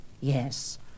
Yes